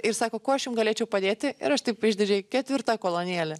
ir sako kuo aš jum galėčiau padėti ir aš taip išdidžiai ketvirta kolonėlė